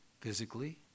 physically